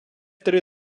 три